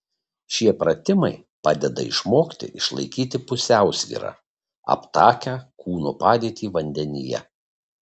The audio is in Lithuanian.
šie pratimai padeda išmokti išlaikyti pusiausvyrą aptakią kūno padėtį vandenyje